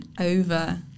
over